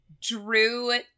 drew